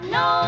no